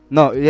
No